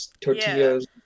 tortillas